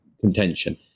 contention